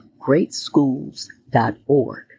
greatschools.org